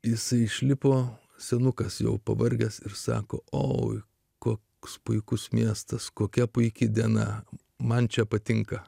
jisai išlipo senukas jau pavargęs ir sako oi koks puikus miestas kokia puiki diena man čia patinka